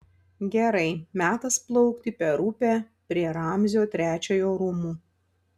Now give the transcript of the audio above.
gerai metas plaukti per upę prie ramzio trečiojo rūmų